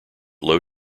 low